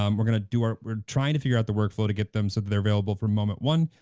um we're gonna do our, we're trying to figure out the workflow to get them so that they're available for moment one,